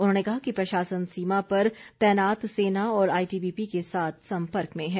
उन्होंने कहा कि प्रशासन सीमा पर तैनात सेना और आईटीबीपी के साथ संपर्क में है